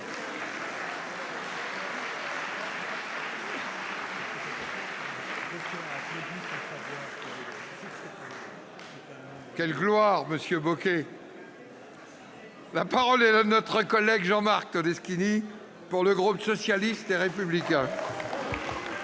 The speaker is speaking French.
Quelle gloire, monsieur Bocquet ! La parole est à M. Jean-Marc Todeschini, pour le groupe socialiste et républicain.